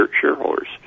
shareholders